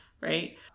Right